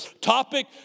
topic